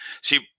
see